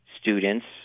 students